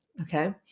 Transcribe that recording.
Okay